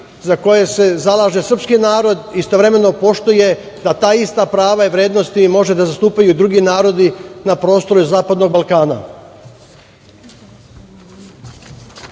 za koje se zalaže srpski narod i istovremeno poštuje da ta ista prava i vrednosti mogu da zastupaju i drugi narodi na prostoru zapadnog Balkana.U